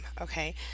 okay